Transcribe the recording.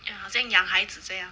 ya 好像养孩子这样